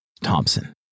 Thompson